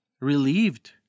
relieved